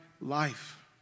life